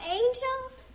angels